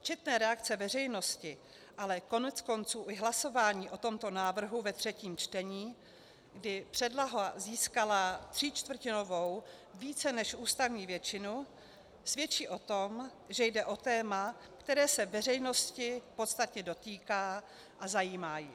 Četné reakce veřejnosti, ale koneckonců i hlasování o tomto návrhu ve třetím čtení, kdy předloha získala tříčtvrtinovou, více než ústavní většinu, svědčí o tom, že jde o téma, které se veřejnosti podstatně dotýká a zajímá ji.